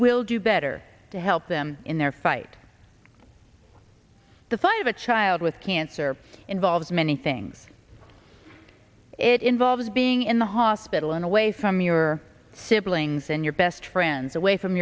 will do better to help them in their fight the fight of a child with cancer involves many things it involves being in the hospital and away from your siblings and your best friends away from